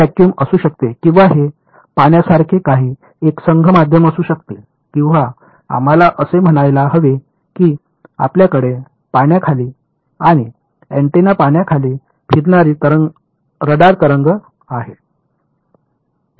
हे व्हॅक्यूम असू शकते किंवा हे पाण्यासारखे काही एकसंध माध्यम असू शकते किंवा आम्हाला असे म्हणायला हवे की आपल्याकडे पाण्याखाली आणि अँटेना पाण्याखाली फिरणारी रडार तरंग आहे